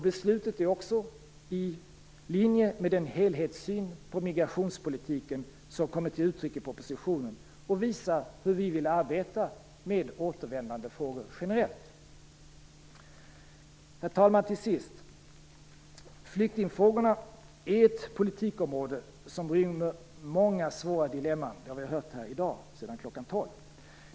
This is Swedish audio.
Beslutet är också i linje med den helhetssyn på migrationspolitiken som kommer till uttryck i propositionen och visar hur vi vill arbeta med återvändandefrågor generellt. Till sist, herr talman, vill jag säga att flyktingfrågorna är ett politikområde som rymmer många svåra dilemman. Det har vi hört här i dag sedan klockan tolv.